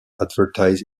advertise